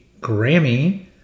Grammy